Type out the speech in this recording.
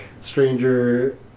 Stranger